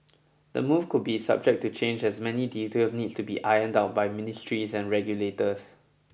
the move could be subject to change as many details need to be ironed out by ministries and regulators